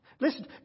Listen